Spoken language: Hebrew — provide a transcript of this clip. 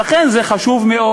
לכן זה חשוב מאוד.